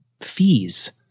fees